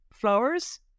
Flowers